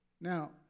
Now